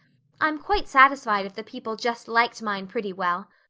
i'm quite satisfied if the people just liked mine pretty well.